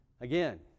Again